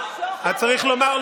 צריך לומר,